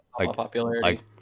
popularity